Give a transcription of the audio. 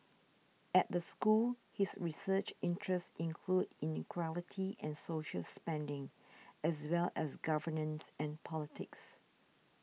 at the school his research interests include inequality and social spending as well as governance and politics